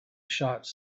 shots